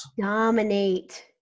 Dominate